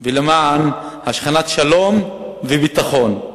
ולמען השכנת שלום וביטחון.